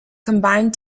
combined